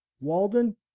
Walden